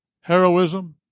heroism